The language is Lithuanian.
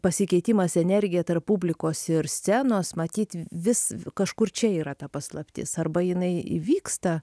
pasikeitimas energija tarp publikos ir scenos matyt vis kažkur čia yra ta paslaptis arba jinai įvyksta